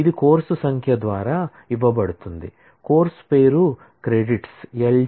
ఇది కోర్సు సంఖ్య ద్వారా ఇవ్వబడుతుంది కోర్సు పేరు క్రెడిట్స్ L T P